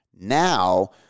Now